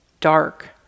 dark